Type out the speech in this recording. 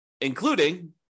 including